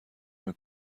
نمی